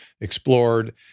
explored